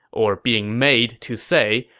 or being made to say,